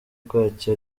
bwacyo